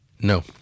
No